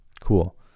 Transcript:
Cool